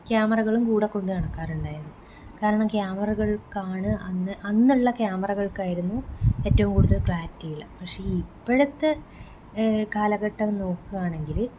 ക്യാമറകളും കൂടെ കൊണ്ടു നടക്കാറുണ്ടായിരുന്നു കാരണം ക്യാമറകൾക്കാണ് അന്ന് അന്നുള്ള ക്യാമറകൾക്കായിരുന്നു ഏറ്റവും കൂടുതൽ ക്ലാരിറ്റി ഉള്ളത് പക്ഷേ ഇപ്പോഴത്തെ കാലഘട്ടം നോക്കുവാണെങ്കിൽ